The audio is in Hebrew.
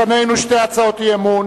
לפנינו שתי הצעות אי-אמון.